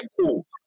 cool